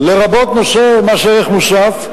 לרבות נושא מס ערך מוסף,